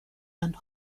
and